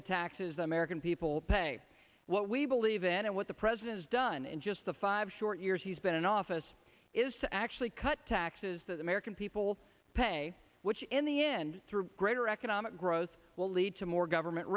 the taxes the american people pay what we believe in and what the president has done in just the five short years he's been in office is to actually cut taxes that the american people pay which in the end through greater economic growth will lead to more government